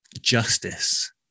justice